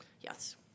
Yes